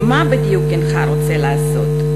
מה בדיוק הנך רוצה לעשות,